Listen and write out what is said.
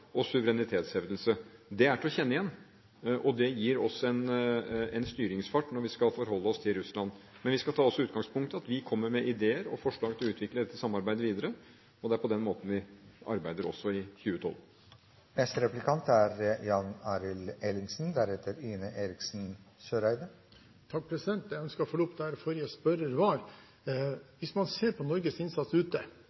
og suverenitetshevdelse. Det er til å kjenne igjen, og det gir oss en styringsfart når vi skal forholde oss til Russland. Men vi skal ha det utgangspunktet at vi kommer med ideer og forslag til å utvikle dette samarbeidet videre, og det er på den måten vi skal arbeide også i 2012. Jeg ønsker å følge opp forrige spørrer.